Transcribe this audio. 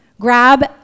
grab